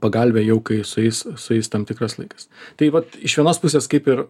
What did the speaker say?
pagalvę jau kai sueis sueis tam tikras laikas tai vat iš vienos pusės kaip ir